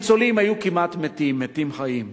הניצולים היו כמעט מתים, מתים-חיים,